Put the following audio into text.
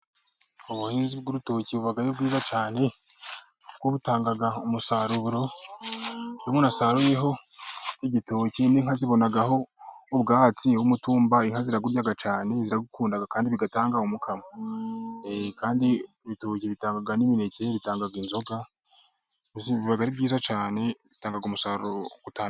Ubuhinzi bw'urutoki buba ari bwiza cyane, kuko butanga umusaruro, iyo umuntu asaruyeho igitoki, n'inka zibonaho ubwatsi w'umutumba, inka zirawurya cyane, zirawukunda, kandi bitanga umukamo, kandi ibitoki bitanga n'imineke, n'ibitanga inzoga, biba ari byiza cyane, bitanga umusaruro utandukanye.